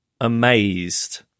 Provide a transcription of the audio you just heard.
amazed